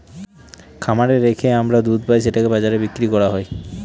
খামারে রেখে আমরা দুধ পাই সেটাকে বাজারে বিক্রি করা হয়